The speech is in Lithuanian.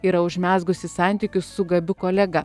yra užmezgusi santykius su gabiu kolega